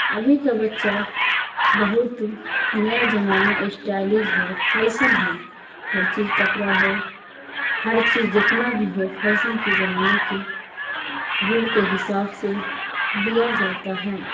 ابھی کا بچہ بہت نیا زمانہ اسٹائلج ہے فیشن ہے ہر چیز کپڑا ہو ہر چیز جتنا بھی ہو فیشن کے زمانے کے رول کے حساب سے لیا جاتا ہے